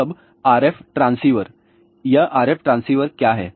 अब RF transceiver यह RF transceiver क्या है